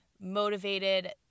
motivated